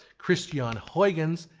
christiaan huygens,